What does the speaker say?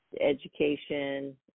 education